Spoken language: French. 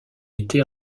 était